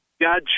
God